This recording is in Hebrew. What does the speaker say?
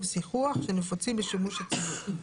שיחוח (Live chat) שנפוצים בשימוש הציבור.